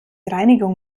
reinigung